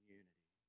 unity